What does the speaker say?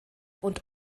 und